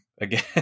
again